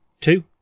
two